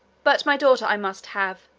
but my daughter i must have,